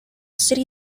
city